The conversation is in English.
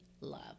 love